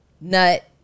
nut